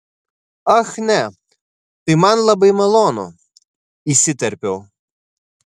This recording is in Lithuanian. ach ne tai man labai malonu įsiterpiau